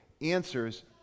answers